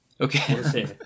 Okay